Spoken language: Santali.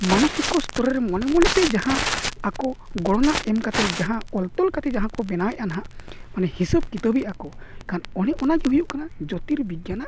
ᱢᱟᱱᱚᱥᱤᱠ ᱚᱥᱛᱚᱨ ᱨᱮ ᱢᱚᱱᱮ ᱢᱚᱱᱮ ᱛᱮ ᱡᱟᱦᱟᱸ ᱟᱠᱚ ᱜᱚᱱᱚᱱᱟ ᱮᱢ ᱠᱟᱛᱮᱫ ᱡᱟᱦᱟᱸ ᱚᱞ ᱛᱚᱞ ᱠᱟᱛᱮᱫ ᱡᱟᱦᱟᱸ ᱠᱚ ᱵᱮᱱᱟᱣᱮᱜ ᱱᱟᱦᱟᱜ ᱢᱟᱱᱮ ᱦᱤᱥᱟᱹᱵ ᱠᱤᱛᱟᱹᱵᱮᱜ ᱟᱠᱚ ᱮᱱᱠᱷᱟᱱ ᱚᱱᱮ ᱚᱱᱟ ᱜᱮ ᱦᱩᱭᱩᱜ ᱠᱟᱱᱟ ᱡᱳᱛᱤᱨ ᱵᱤᱜᱽᱜᱟᱱᱟᱜ